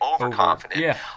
overconfident